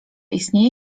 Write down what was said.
istnieje